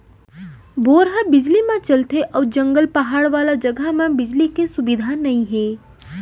bore ह बिजली म चलथे अउ जंगल, पहाड़ वाला जघा म बिजली के सुबिधा नइ हे